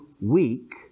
weak